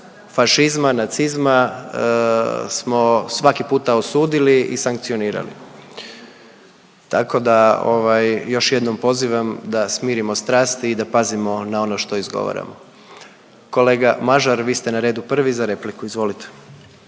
fašizma, nacizma smo svaki puta osudili i sankcionirali, tako da ovaj još jednom pozivam da smirimo strasti i da pazimo na ono što izgovaramo. Kolega Mažar, vi ste na redu prvi za repliku, izvolite.